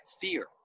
fear